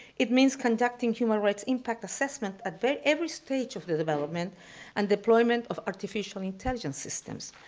it means conducting human rights impact assessment at but every stage of the development and deployment of artificial intelligence systems.